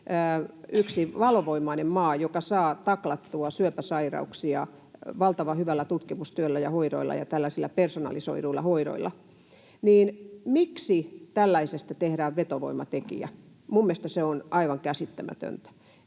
valovoimainen maa, joka saa taklattua syöpäsairauksia valtavan hyvällä tutkimustyöllä ja hoidoilla ja tällaisilla personalisoiduilla hoidoilla. Miksi tällaisesta tehdään vetovoimatekijä? Minun mielestäni se on aivan käsittämätöntä.